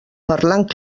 parlant